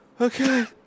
okay